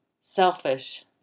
selfish